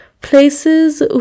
Places